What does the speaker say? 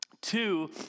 Two